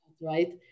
right